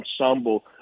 ensemble